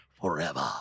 forever